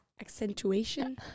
accentuation